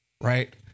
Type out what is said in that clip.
right